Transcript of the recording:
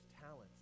talents